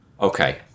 Okay